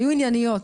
היו ענייניות.